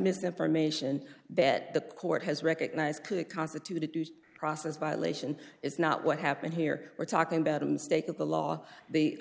misinformation that the court has recognized constituted used process violation it's not what happened here we're talking about a mistake of the law the